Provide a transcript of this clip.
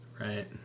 right